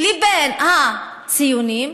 לבין הציונים,